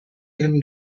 film